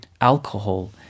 alcohol